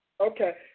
Okay